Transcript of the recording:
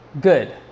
good